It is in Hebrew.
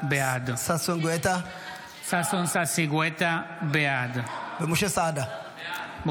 בעד ששון ששי גואטה, בעד משה סעדה,